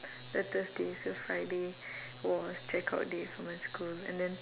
a thursday so friday was check out day for my school and then